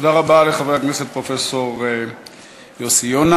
תודה רבה לחבר הכנסת פרופסור יוסי יונה.